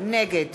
נגד